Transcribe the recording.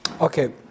Okay